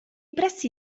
pressi